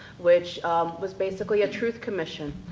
which was basically a truth commission.